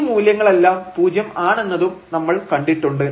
ഈ മൂല്യങ്ങളെല്ലാം 0 ആണെന്നതും നമ്മൾ കണ്ടിട്ടുണ്ട്